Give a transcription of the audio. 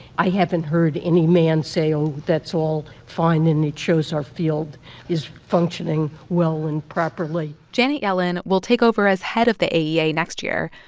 i haven't heard any man say, oh, that's all fine, and it shows us our field is functioning well and properly janet yellen will take over as head of the aea next year.